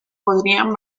podrían